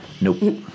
Nope